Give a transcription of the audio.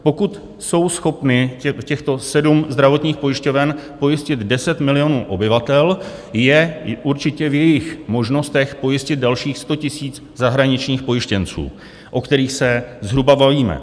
Pokud jsou schopny, těchto sedm zdravotních pojišťoven, pojistit deset milionů obyvatel, je určitě v jejich možnostech pojistit dalších 100 tisíc zahraničních pojištěnců, o kterých se zhruba bavíme.